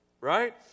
right